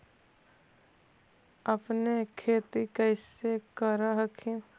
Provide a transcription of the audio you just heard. अपने खेती कैसे कर हखिन?